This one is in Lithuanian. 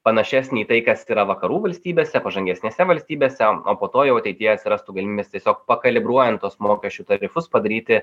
panašesnį į tai kas yra vakarų valstybėse pažangesnėse valstybėse o po to jau ateityje atsirastų galimybės tiesiog pakalibruojant tuos mokesčių tarifus padaryti